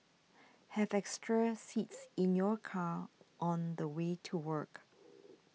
have extra seats in your car on the way to work